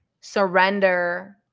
surrender